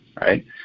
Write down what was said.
right